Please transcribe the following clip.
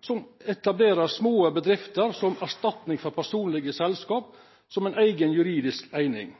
som etablerer små bedrifter som erstatning for personlege selskap som ei eiga juridisk eining.